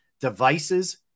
devices